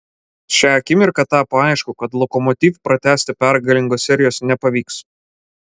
šią akimirką tapo aišku kad lokomotiv pratęsti pergalingos serijos nepavyks